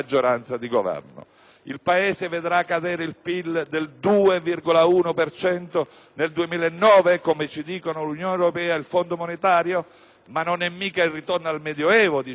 Il Paese vedrà cadere il PIL del 2,1 per cento nel 2009, come ci dicono l'Unione europea e il Fondo monetario internazionale? Ma non è mica il ritorno al Medioevo, dice il ministro Tremonti!